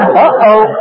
Uh-oh